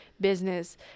business